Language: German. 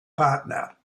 partner